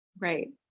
Right